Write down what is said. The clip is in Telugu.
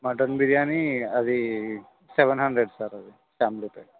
మటన్ బిర్యానీ అది సెవెన్ హండ్రెడ్ సార్ అది ఫ్యామిలీ ప్యాక్